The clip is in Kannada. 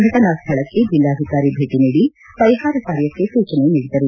ಫಟನಾ ಸ್ವಳಕ್ಕೆ ಜಿಲ್ಲಾಧಿಕಾರಿ ಭೇಟಿ ನೀಡಿ ಪರಿಹಾರ ಕಾರ್ಯಕ್ಕೆ ಸೂಚನೆ ನೀಡಿದರು